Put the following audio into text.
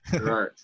right